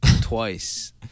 twice